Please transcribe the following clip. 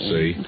See